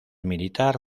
militar